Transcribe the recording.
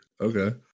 Okay